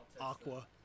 aqua